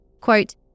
Quote